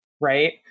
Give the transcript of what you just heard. Right